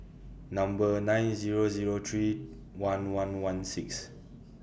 Number nine Zero Zero three one one one six